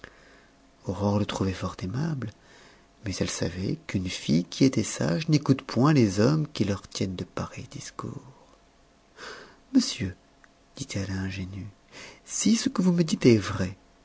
le trouvait fort aimable mais elle savait qu'une fille qui était sage n'écoute point les hommes qui leur tiennent de pareils discours monsieur dit-elle à ingénu si ce que vous me dites est vrai